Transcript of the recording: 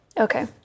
Okay